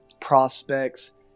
prospects